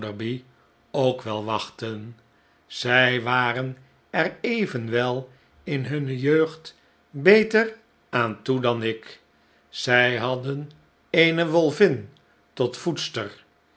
ook wel wachten zij waren er evenwel in hunne jeugd beter aan toe dan ik zij hadden eene wolvin tot